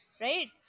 Right